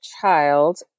child